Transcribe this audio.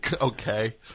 Okay